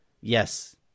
Yes